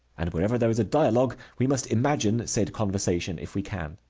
and wherever there is a dialogue we must imagine said conversation if we can.